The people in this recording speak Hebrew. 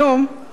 היום,